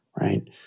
right